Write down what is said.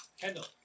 Kendall